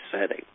setting